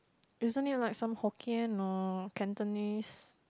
isn't it like some Hokkien or Cantonese